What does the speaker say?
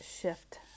shift